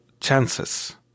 chances